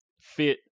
fit